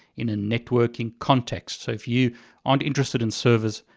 in a networking context. so if you aren't interested in servers,